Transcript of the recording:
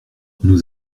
nous